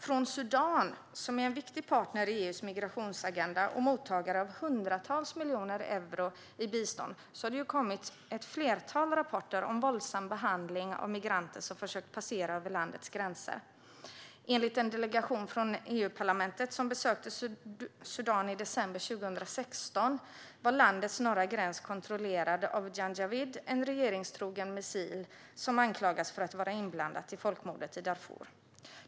Från Sudan, som är en viktig partner i EU:s migrationsagenda och mottagare av hundratals miljoner euro i bistånd, har det kommit ett flertal rapporter om våldsam behandling av migranter som försökt passera landets gränser. Enligt en delegation från EU-parlamentet som besökte Sudan i december 2016 var landets norra gräns kontrollerad av Janjawid, en regeringstrogen milis som anklagas för att vara inblandad i folkmordet i Darfur.